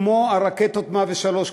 כמו הרקטות 103,